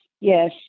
yes